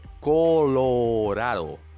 Colorado